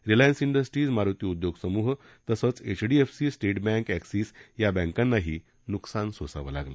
Reliance Industries Maruti उद्योगसमूह तसंच HDFC State Bank Axis या बँकांनाही न्कसान सोसावं लागलं